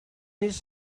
his